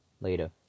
Later